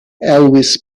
elvis